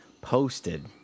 posted